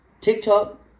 TikTok